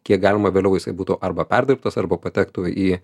kiek galima vėliau jisai būtų arba perdirbtas arba patektų į